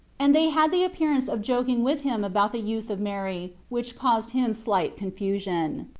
and they had the appearance of joking with him about the youth of mary, which caused him slight confusion.